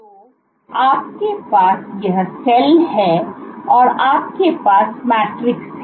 तो आपके पास यह सेल है और आपके पास मैट्रिक्स है